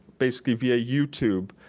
basically via youtube.